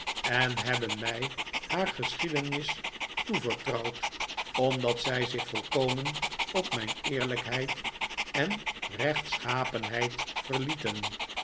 en hebben mij haar geschiedenis toevertrouwd omdat zij zich volkomen op mijn eerlijkheid en rechtschapenheid verlieten